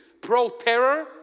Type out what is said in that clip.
pro-terror